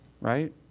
right